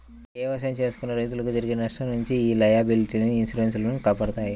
ఎవసాయం చేసుకునే రైతులకు జరిగే నష్టం నుంచి యీ లయబిలిటీ ఇన్సూరెన్స్ లు కాపాడతాయి